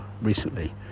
recently